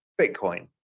Bitcoin